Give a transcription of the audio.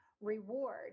reward